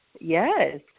Yes